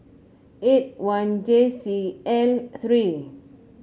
eight one J C L three